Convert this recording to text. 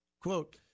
quote